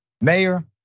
Mayor